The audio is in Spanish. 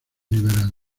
liberados